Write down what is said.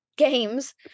games